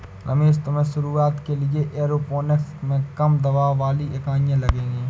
रमेश तुम्हें शुरुआत के लिए एरोपोनिक्स में कम दबाव वाली इकाइयां लगेगी